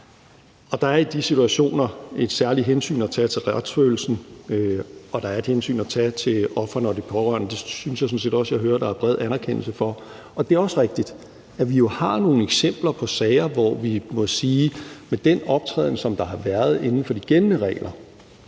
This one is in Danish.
Der er i de situationer et særligt hensyn at tage til retsfølelsen, og der er et hensyn at tage til ofrene og de pårørende. Det synes jeg sådan set også at jeg hører bred anerkendelse af. Det er også rigtigt, at vi har nogle eksempler på sager, hvorom vi må sige, at den optræden og den måde at udfolde sig på,